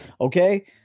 Okay